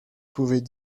pouvait